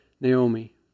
Naomi